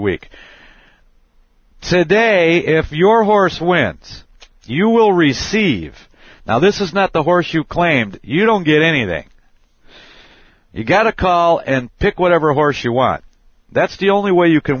week today if your horse when you will receive now this is not the horse you claim you don't get anything you get a call and pick whatever horse you want that's the only way you can